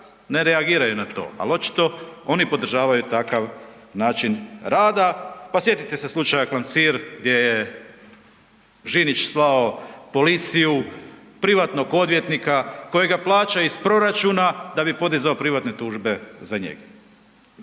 ne reagiraju na to, ali očito oni podržavaju takav način rada. Pa sjetite se slučaja Klancir gdje je Žinić slao policiju, privatnog odvjetnika kojega plaća iz proračuna da bi podizao privatne tužbe za njega.